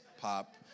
pop